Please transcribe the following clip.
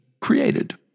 created